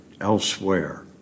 elsewhere